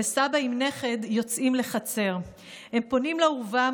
/ וסבא עם נכד יוצאים לחצר // הם פונים לאורווה,